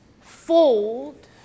fold